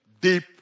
deep